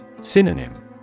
Synonym